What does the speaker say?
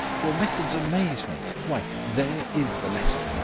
your methods amaze me. why, there is the letter.